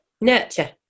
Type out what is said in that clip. nurture